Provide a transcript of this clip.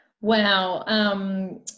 Wow